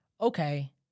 Okay